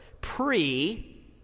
pre